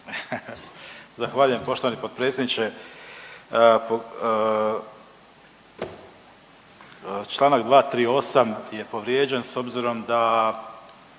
Zahvaljujem poštovani potpredsjedniče. Čl. 238. je povrijeđen s obzirom da